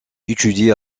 étudie